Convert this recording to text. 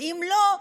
ואם לא,